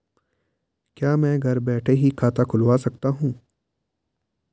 क्या मैं घर बैठे ही खाता खुलवा सकता हूँ?